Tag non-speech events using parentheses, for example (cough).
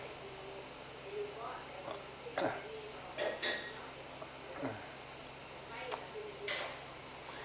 (coughs) (noise)